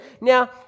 Now